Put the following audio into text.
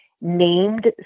Named